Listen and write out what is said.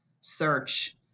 search